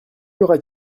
aura